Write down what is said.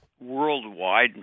Worldwide